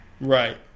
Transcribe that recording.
Right